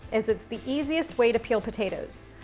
as it's the easiest way to peel potatoes.